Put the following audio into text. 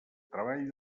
treball